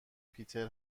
پیتر